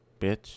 bitch